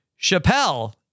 Chappelle